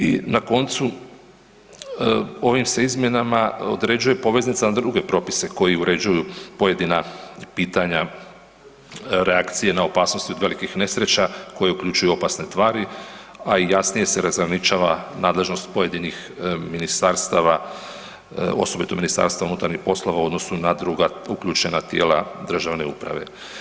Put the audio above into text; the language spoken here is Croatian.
I na koncu, ovim se izmjenama određuje poveznica na druge propise koji uređuju pojedina pitanja reakcije na opasnosti od velikih nesreća koji uključuju opasne tvari, a i jasnije se razgraničava nadležnost pojedinih ministarstava osobito Ministarstva unutarnjih poslova u odnosu na druga uključena tijela državne uprave.